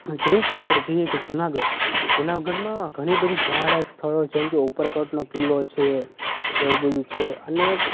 જેમકે આપણે જઈએ કે જુનાગઢ જુનાગઢમાં ઘણી બધી જોવા લાયક સ્થળો જેમકે ઉપરકોટનો કિલ્લો છે એવું બધું છે અને